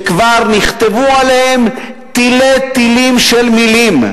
שכבר נכתבו עליהם תלי-תלים של מלים.